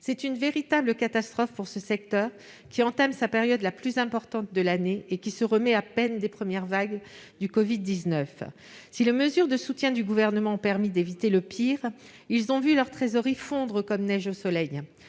C'est une véritable catastrophe pour ce secteur, qui entame sa période la plus importante de l'année et qui se remet à peine des conséquences des premières vagues du covid-19. Si les mesures de soutien du Gouvernement ont permis d'éviter le pire, ces entreprises ont vu leur trésorerie fondre comme neige au soleil.